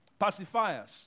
pacifiers